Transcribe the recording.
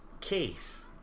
case